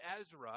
Ezra